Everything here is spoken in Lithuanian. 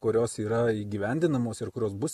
kurios yra įgyvendinamos ir kurios bus